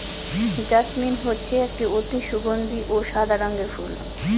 jasmine হচ্ছে একটি অতি সগন্ধি ও সাদা রঙের ফুল